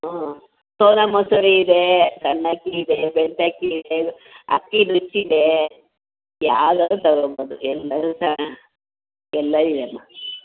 ಹ್ಞೂ ಸೋನಾ ಮಸೂರಿ ಇದೆ ಸಣ್ಣಕ್ಕಿ ಇದೆ ಬೆಣ್ತಕ್ಕಿ ಇದೆ ಅಕ್ಕಿ ನುಚ್ಚಿದೆ ಯಾವ್ದಾದ್ರೂ ತಗೊಬೋದು ಎಲ್ಲವೂ ಸಹ ಎಲ್ಲ ಇವೆಮ್ಮ